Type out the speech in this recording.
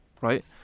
right